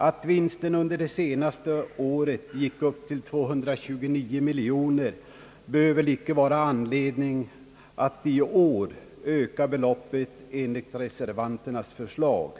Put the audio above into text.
Att vinsten under det senaste året gick upp till 229 miljoner kronor bör väl icke vara anledning att i år öka beloppet enligt reservanternas förslag.